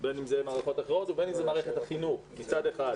בין אלה מערכות אחרות ובין אם זאת מערכת החינוך מצד אחד,